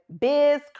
Biz